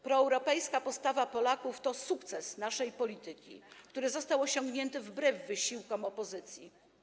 Proeuropejska postawa Polaków to sukces naszej polityki, który został osiągnięty wbrew wysiłkom opozycji.